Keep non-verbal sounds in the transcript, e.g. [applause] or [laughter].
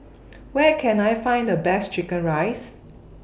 [noise] Where Can I Find The Best Chicken Rice